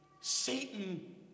Satan